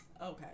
Okay